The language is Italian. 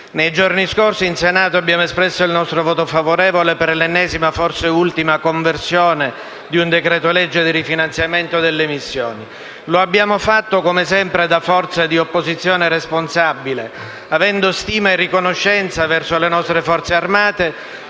Nei giorni scorsi in Senato abbiamo espresso il nostro voto favorevole per l'ennesima, forse ultima, conversione di un decreto-legge di rifinanziamento delle missioni. Lo abbiamo fatto come sempre da forza di opposizione responsabile, avendo stima e riconoscenza verso le nostre Forze armate